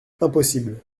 impossible